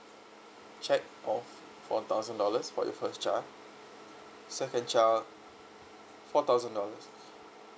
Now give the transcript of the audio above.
cheque of four thousand dollars for your first child second child four thousand dollars